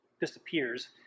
Disappears